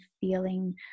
feeling